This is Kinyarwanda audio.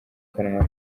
kanwa